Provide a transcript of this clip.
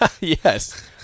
Yes